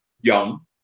young